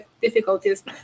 difficulties